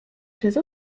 przez